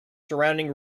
surrounding